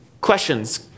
Questions